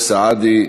סעדי,